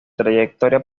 trayectoria